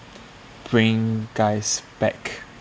preying guys back